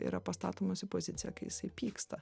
yra pastatomas į poziciją kai jisai pyksta